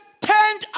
turned